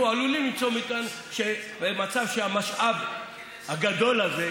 עלולים להיות במצב שהמשאב הגדול הזה,